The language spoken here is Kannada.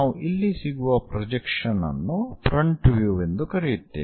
ನಾವು ಇಲ್ಲಿ ಸಿಗುವ ಪ್ರೊಜೆಕ್ಷನ್ ಅನ್ನು ಫ್ರಂಟ್ ವ್ಯೂ ಎಂದು ಕರೆಯುತ್ತೇವೆ